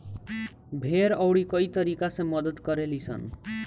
भेड़ अउरी कई तरीका से मदद करे लीसन